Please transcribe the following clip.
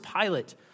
Pilate